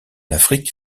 afrique